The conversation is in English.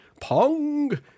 Pong